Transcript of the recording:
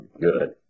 good